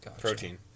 Protein